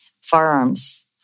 Firearms